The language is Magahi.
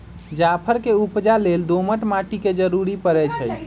जाफर के उपजा लेल दोमट माटि के जरूरी परै छइ